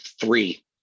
three